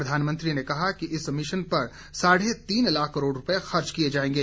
प्रधानमंत्री ने कहा कि इस मिशन पर साढे तीन लाख करोड़ रूपए खर्च किए जाएंगे